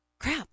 Crap